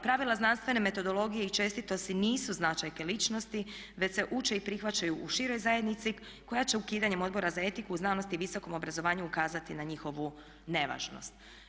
Pravila znanstvene metodologije i čestitosti nisu značajke ličnosti već se uče i prihvaćaju u široj zajednici koja će ukidanjem Odbora za etiku u znanosti i visokom obrazovanju ukazati na njihovu nevažnost.